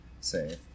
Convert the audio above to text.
save